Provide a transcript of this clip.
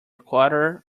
quarter